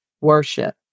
Worship